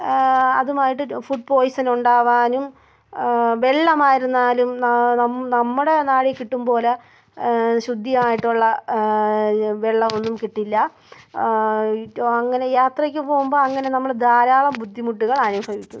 അതുമായിട്ട് ഫുഡ് പോയിസനുണ്ടാകനും വെള്ളമായിരുന്നാലും നമ്മുടെ നമ്മുടെ നാട്ടിൽ കിട്ടും പോലെ ശുദ്ധി ആയിട്ടുള്ള വെള്ളം ഒന്നും കിട്ടില്ല അങ്ങനെ യാത്രയ്ക്ക് പോകുമ്പോൾ അങ്ങനെ നമ്മൾ ധാരാളം ബുദ്ധിമുട്ടുകൾ അനുഭവിക്കുന്നു